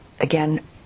again